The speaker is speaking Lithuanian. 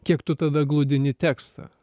kiek tu tada gludini tekstą